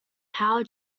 power